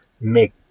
make